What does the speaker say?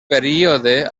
període